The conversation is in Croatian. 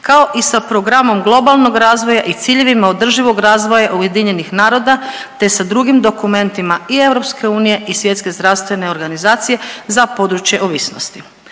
kao i sa Programom globalnog razvoja i ciljevima održivog razvoja UN-a te sa drugim dokumentima i EU i Svjetske zdravstvene organizacije za područje ovisnosti.